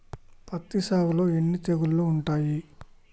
పత్తి సాగులో ఎన్ని తెగుళ్లు ఉంటాయి?